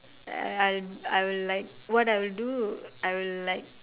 err I'll I will like what I will do I'll like